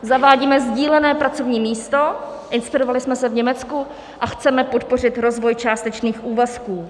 Zavádíme sdílené pracovní místo, inspirovali jsme se v Německu, a chceme podpořit rozvoj částečných úvazků.